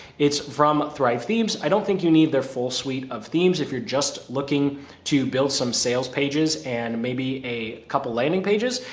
it's from thrive themes. i don't think you need their full suite of themes. if you're just looking to build some sales pages and maybe a couple landing pages,